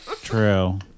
True